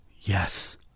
yes